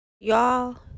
Y'all